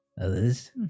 Others